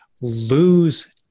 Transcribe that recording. lose